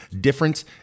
difference